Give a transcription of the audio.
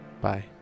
bye